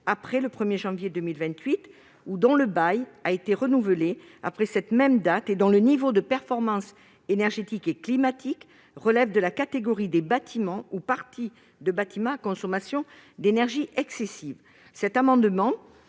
après le 1 janvier 2028 ou dont le bail a été renouvelé après cette même date et dont le niveau de performance énergétique et climatique relève de la catégorie des bâtiments ou parties de bâtiments à consommation d'énergie excessive.